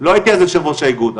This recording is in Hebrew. לא הייתי אז יושב ראש האיגוד,